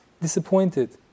disappointed